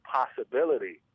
possibility